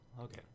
Okay